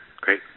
Great